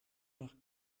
nach